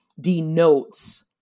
denotes